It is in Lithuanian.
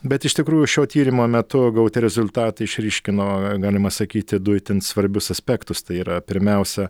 bet iš tikrųjų šio tyrimo metu gauti rezultatai išryškino galima sakyti du itin svarbius aspektus tai yra pirmiausia